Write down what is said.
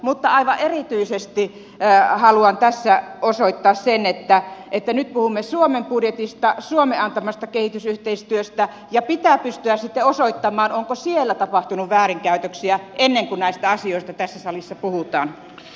mutta aivan erityisesti haluan tässä osoittaa sen että nyt puhumme suomen budjetista suomen antamasta kehitysyhteistyöstä ja pitää pystyä sitten osoittamaan onko siellä tapahtunut väärinkäytöksiä ennen kuin näistä asioista tässä salissa puhutaan